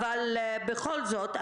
בכל זאת,